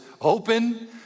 Open